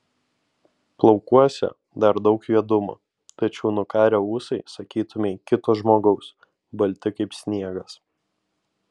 plaukuose dar daug juodumo tačiau nukarę ūsai sakytumei kito žmogaus balti kaip sniegas